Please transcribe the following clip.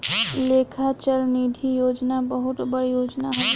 लेखा चल निधी योजना बहुत बड़ योजना हवे